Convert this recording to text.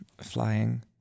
flying